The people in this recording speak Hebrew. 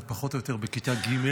אני פחות או יותר בכיתה ג',